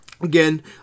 again